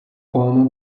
former